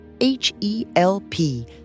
H-E-L-P